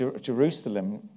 Jerusalem